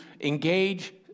engage